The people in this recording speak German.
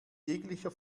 jeglicher